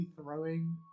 throwing